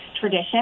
tradition